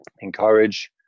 encourage